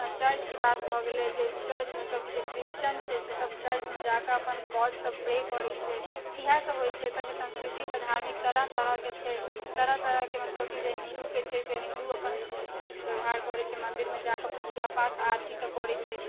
चर्चके बात भऽ गेलै जे चर्च मतलब जे क्रिसचन छै से सब चर्चमे जा कऽ अपन गॉडसँ प्रे करै छै इएहे सब होइ छै तऽ संस्कृतिके धार्मिक तरह तरहके छै तरह तरहके मतलब की जे हिन्दूके छै हिन्दू अपन व्यवहार करै छै मन्दिरमे जाके पूजा पाठ आरती सब करै छै